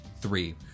Three